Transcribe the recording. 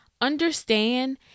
understand